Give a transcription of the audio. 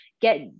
get